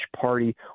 party